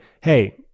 hey